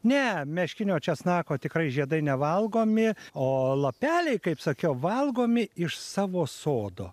ne meškinio česnako tikrai žiedai nevalgomi o lapeliai kaip sakiau valgomi iš savo sodo